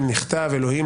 וואלה.